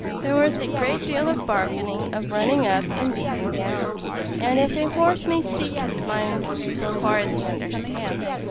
there was a great deal of bargaining, of running up and beating down and if a horse may speak his mind so far as he understands,